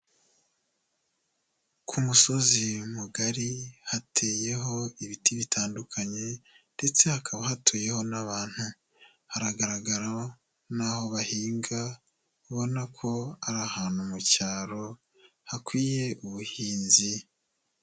Ku musozi mugari hateyeho ibiti bitandukanye ndetse hakaba hatuyeho n'abantu, haragaragara n'aho bahinga, ubona ko ari ahantu mu cyaro hakwiye ubuhinzi.